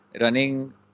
running